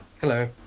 Hello